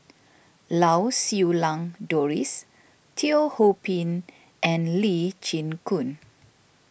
Lau Siew Lang Doris Teo Ho Pin and Lee Chin Koon